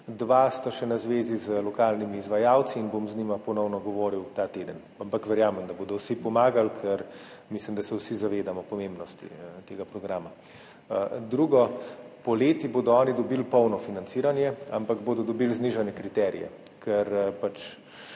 dva sta še na zvezi z lokalnimi izvajalci in bom z njima ponovno govoril ta teden. Ampak verjamem, da bodo vsi pomagali, ker mislim, da se vsi zavedamo pomembnosti tega programa. Drugo. Poleti bodo oni dobili polno financiranje, ampak bodo dobili znižane kriterije, ker jim